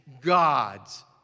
God's